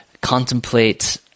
contemplate